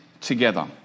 together